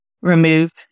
remove